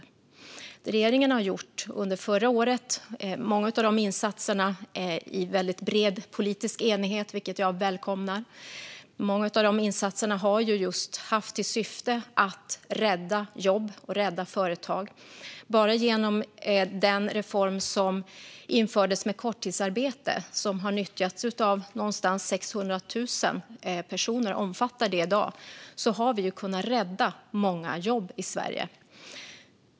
Många av de insatser som regeringen gjorde under förra året - och många av dem gjordes i bred politisk enighet, vilket jag välkomnar - hade till syfte just att rädda jobb och företag. Bara genom den reform med korttidsarbete som infördes, och som i dag omfattar någonstans runt 600 000 personer, har vi kunnat rädda många jobb i Sverige.